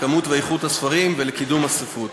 כמות ואיכות הספרים וקידום הספרות.